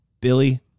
Billy